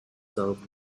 served